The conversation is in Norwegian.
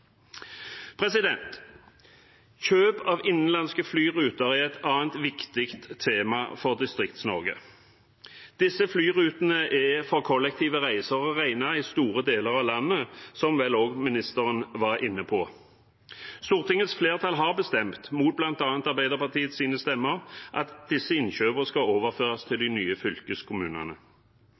kr. Kjøp av innenlandske flyruter er et annet viktig tema for Distrikts-Norge. Disse flyrutene er for kollektive reiser å regne i store deler av landet, som vel ministeren også var inne på. Stortingets flertall har bestemt, mot bl.a. Arbeiderpartiets stemmer, at disse innkjøpene skal overføres til de nye fylkeskommunene.